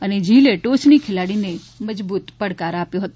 અને ઝીલે ટોચની ખેલાડીને મજબૂત પડકાર આપ્યો હતો